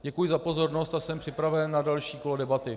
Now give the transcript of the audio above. Děkuji za pozornost a jsem připraven na další kolo debaty.